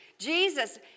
Jesus